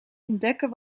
ontdekken